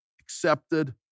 accepted